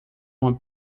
uma